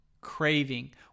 craving